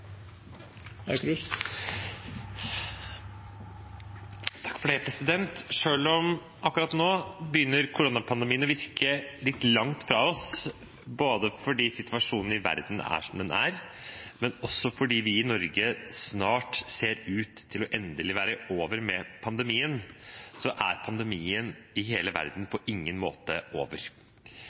om koronapandemien akkurat nå begynner å virke litt fjern for oss, både fordi situasjonen i verden er som den er, og fordi pandemien snart ser ut til endelig å være over i Norge, er pandemien i hele verden på ingen måte over.